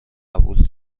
قبول